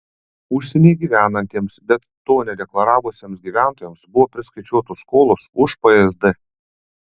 užsienyje gyvenantiems bet to nedeklaravusiems gyventojams buvo priskaičiuotos skolos už psd